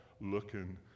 looking